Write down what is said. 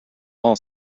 all